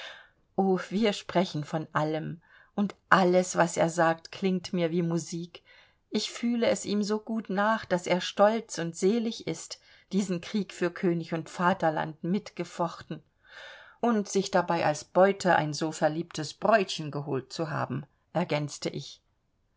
wir sprechen von allem und alles was er sagt klingt mir wie musik ich fühle es ihm so gut nach daß er stolz und selig ist diesen krieg für könig und vaterland mitgefochten und sich dabei als beute ein so verliebtes bräutchen geholt zu haben ergänzte ich